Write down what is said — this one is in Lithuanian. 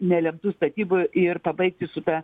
nelemtų statybų ir pabaigti su ta